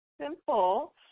simple